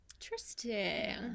Interesting